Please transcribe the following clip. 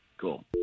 Cool